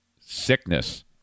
Sickness